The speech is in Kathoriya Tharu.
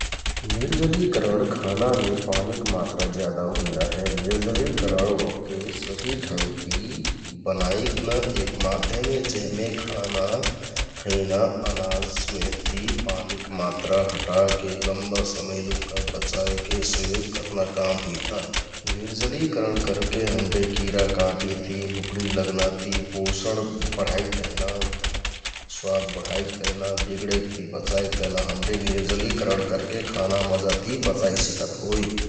निर्जलिकरण खानामे पानीक मात्रा ज्यादा हुइना हे । निर्जलिकरण ओहके सहि ढँगति बनाइकना एक माध्यम हे जेहमे खाना खैना अनाजमे यहति पानीक मात्रा हटाके लम्बा समय लुक्का बचाइके सहयोग करना काम हुइता । निर्जलिकरण करके हमरे किराकाँटि ति, भुँकडि लगना ति, पोषण बढाइक तेहना, स्वाद बढाइक तेहना, बिग्डेक ति बचाइक तेहना हमरे निर्जलिकरण करके खाना मजा ति बचाइ सिकत होइ ।